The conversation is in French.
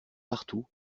partout